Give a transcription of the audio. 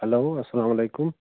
hello اسلامُ علیکُم